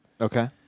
Okay